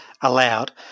allowed